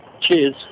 Cheers